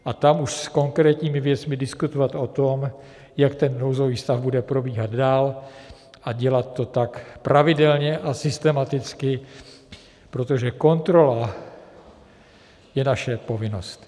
A tam už s konkrétními věcmi diskutovat o tom, jak ten nouzový stav bude probíhat dál, a dělat to tak pravidelně a systematicky, protože kontrola je naše povinnost.